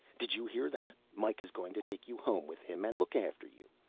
did you hear that? mikah is going to take you home with him and look after you.